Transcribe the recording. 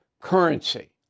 currency